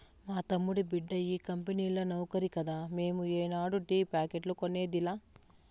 మా తమ్ముడి బిడ్డ ఈ కంపెనీల నౌకరి కదా మేము ఏనాడు టీ ప్యాకెట్లు కొనేదిలా